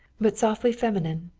but softly feminine,